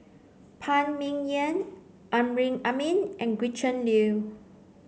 Phan Ming Yen Amrin Amin and Gretchen Liu